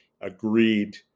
agreed